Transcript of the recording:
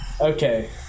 okay